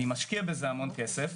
אני משקיע בזה המון כסף,